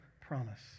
promise